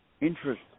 Interest